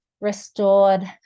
restored